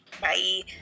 Bye